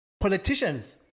politicians